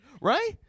Right